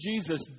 Jesus